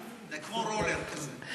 כמו "רולר" כזה.